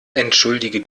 entschuldige